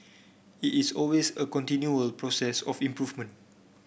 it is always a continual process of improvement